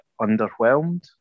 underwhelmed